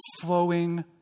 flowing